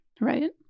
Right